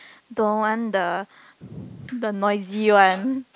don't want the the noisy one